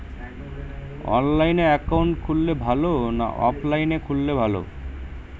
অনলাইনে একাউন্ট খুললে ভালো না অফলাইনে খুললে ভালো?